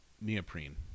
neoprene